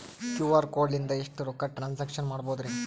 QR code ಲಿಂದ ಎಷ್ಟ ರೊಕ್ಕ ಟ್ರಾನ್ಸ್ಯಾಕ್ಷನ ಮಾಡ್ಬೋದ್ರಿ?